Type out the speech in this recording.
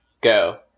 go